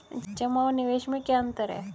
जमा और निवेश में क्या अंतर है?